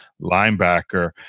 linebacker